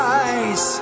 eyes